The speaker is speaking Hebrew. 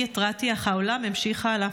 אני התרעתי, אך העולם המשיך הלאה.